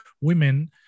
women